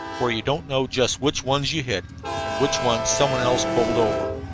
for you don't know just which ones you hit and which ones some one else bowled over.